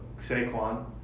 Saquon